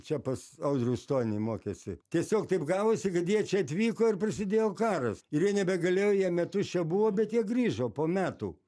čia pas audrių stonį mokėsi tiesiog taip gavosi kad jie čia atvyko ir prasidėjo karas ir jie nebegalėjo jie metus čia buvo bet jie grįžo po metų